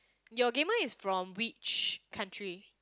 your gamer is from which country